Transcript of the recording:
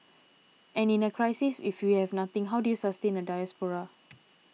and in a crisis if we have nothing how do you sustain a diaspora